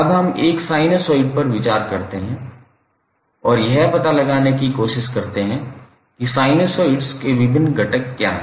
अब हम एक साइनसॉइड पर विचार करते हैं और यह पता लगाने की कोशिश करते हैं कि साइनसोइड्स के विभिन्न घटक क्या हैं